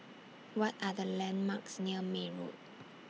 What Are The landmarks near May Road